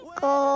go